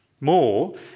More